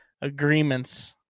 agreements